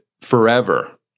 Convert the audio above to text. forever